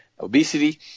obesity